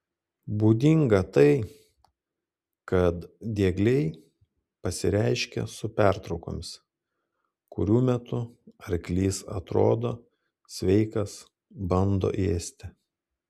būdinga tai kad diegliai pasireiškia su pertraukomis kurių metu arklys atrodo sveikas bando ėsti